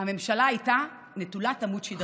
הממשלה הייתה נטולת עמוד שדרה.